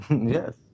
Yes